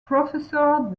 professor